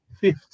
fifth